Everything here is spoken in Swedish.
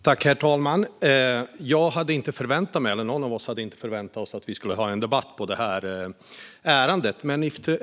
Herr talman! Ingen av oss hade förväntat sig att vi skulle ha en debatt i detta ärende.